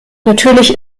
natürlich